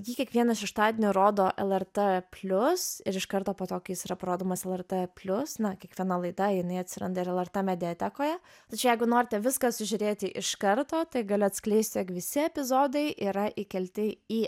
jį kiekvieną šeštadienį rodo lrt plius ir iš karto po to kai jis yra parodomas lrt plius na kiekviena laida jinai atsiranda ir lrt mediatekoje tačiau jeigu norite viską sužiūrėti iš karto tai galiu atskleisti jog visi epizodai yra įkelti į